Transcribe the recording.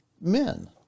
men